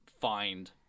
find